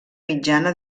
mitjana